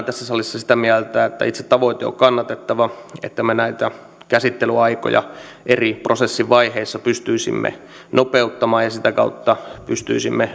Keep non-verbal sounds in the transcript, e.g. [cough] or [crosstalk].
on tässä salissa sitä mieltä että itse tavoite on kannatettava että me näitä käsittelyaikoja prosessin eri vaiheissa pystyisimme nopeuttamaan ja sitä kautta pystyisimme [unintelligible]